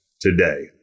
today